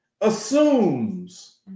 assumes